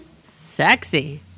Sexy